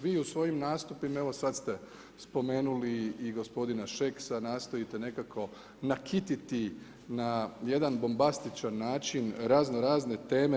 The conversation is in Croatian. Vi u svojim nastupima, evo sada ste spomenuli i gospodina Šeksa, nastojite nekako nakititi na jedan bombastičan način razno razne teme.